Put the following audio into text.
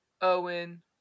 Owen